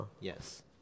yes